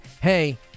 hey